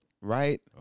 right